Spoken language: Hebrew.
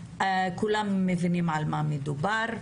כולם מבינים על מה מדובר.